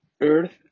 Earth